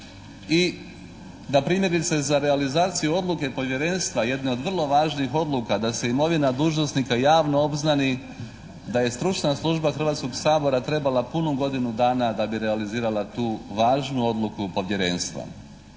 i da primjerice za realizaciju odluke povjerenstva jedne od vrlo važnih odluka da se imovina dužnosnika javno obznani, da je stručna služba Hrvatskog sabora trebala punu godinu dana da bi realizirala tu važnu odluku Povjerenstva.